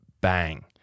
bang